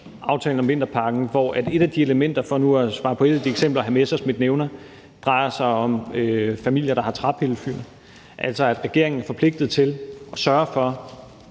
aftalen om vinterpakken, hvor et af elementerne – for nu at svare på et af de eksempler, hr. Morten Messerschmidt nævner – drejer sig om familier, der har træpillefyr, altså at regeringen er forpligtet til at sørge for